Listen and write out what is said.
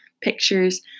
pictures